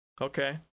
Okay